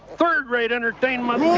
third-rate entertainment